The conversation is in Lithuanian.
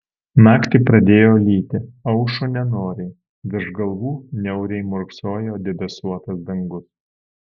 naktį pradėjo lyti aušo nenoriai virš galvų niauriai murksojo debesuotas dangus